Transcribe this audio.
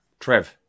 Trev